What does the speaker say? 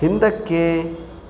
ಹಿಂದಕ್ಕೆ